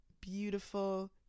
beautiful